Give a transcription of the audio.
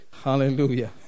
hallelujah